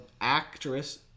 actress